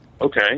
okay